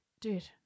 dude